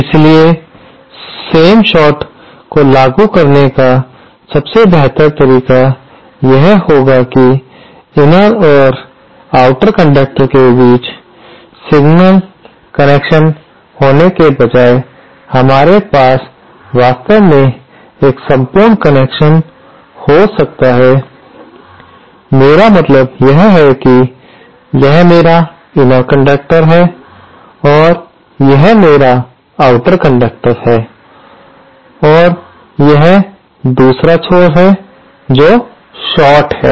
इसलिए same short को लागू करने का सबसे बेहतर तरीका यह होगा कि इनर और आउटर कंडक्टर के बीच सिंगल कनेक्शन होने के बजाय हमारे पास वास्तव में एक संपूर्ण कनेक्शन हो सकता है मेरा मतलब यह है कि यह मेरा इनर कंडक्टर है और यह मेरा आउटर कंडक्टर और यह दूसरा छोर है जो शार्ट है